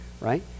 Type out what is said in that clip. right